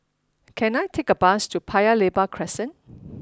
can I take a bus to Paya Lebar Crescent